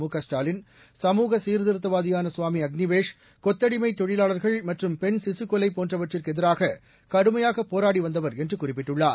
முகஸ்டாலின் சமூக சீர்திருத்தவாதியாள சுவாமி அக்ளிவேஷ் கொத்தடிமை தொழிலாளர்கள் மற்றும் பெண் சிசுக் கொலை போன்றவற்றிற்கு எதிராக கடுமையாக போராடி வந்தவர் என்று குறிப்பிட்டுள்ளார்